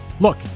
Look